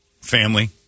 family